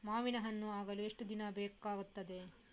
ಮಾವಿನಕಾಯಿ ಹಣ್ಣು ಆಗಲು ಎಷ್ಟು ದಿನ ಬೇಕಗ್ತಾದೆ?